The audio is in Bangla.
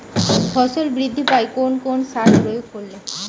ফসল বৃদ্ধি পায় কোন কোন সার প্রয়োগ করলে?